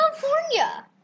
California